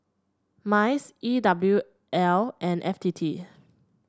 MICE E W L and F T T